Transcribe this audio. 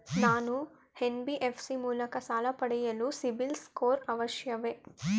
ನಾನು ಎನ್.ಬಿ.ಎಫ್.ಸಿ ಮೂಲಕ ಸಾಲ ಪಡೆಯಲು ಸಿಬಿಲ್ ಸ್ಕೋರ್ ಅವಶ್ಯವೇ?